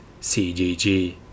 CGG